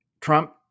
Trump